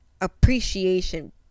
appreciation